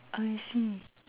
I see